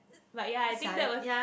but ya I think that was